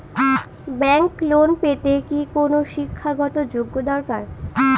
Bank loan পেতে কি কোনো শিক্ষা গত যোগ্য দরকার?